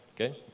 Okay